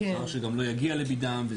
אפשר שגם לא יגיע לביד"ם.